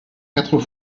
quatre